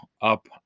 up